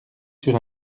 sur